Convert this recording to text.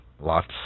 Lots